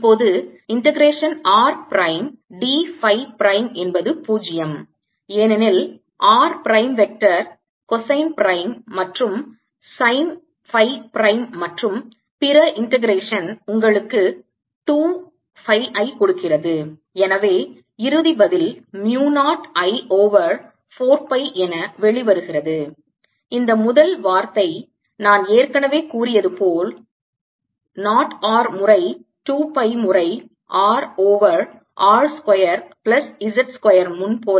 இப்போது integration r prime d phi prime என்பது 0 ஏனெனில் r prime vector cosine prime மற்றும் sin phi பிரைம் மற்றும் பிற இண்டெகரேஷன் உங்களுக்கு 2 பை ஐ கொடுக்கிறது எனவே இறுதி பதில் mu 0 I ஓவர் 4 பை என வெளிவருகிறது இந்த முதல் வார்த்தை நான் ஏற்கனவே கூறியது போல் 0 R முறை 2 பை முறை R over R square plus z square முன் போலவே raise to 3 by 2